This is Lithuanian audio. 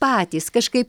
patys kažkaip